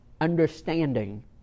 understanding